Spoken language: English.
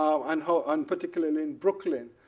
um and and particularly in brooklyn.